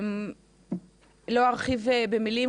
לא ארחיב במילים,